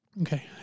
Okay